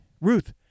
Ruth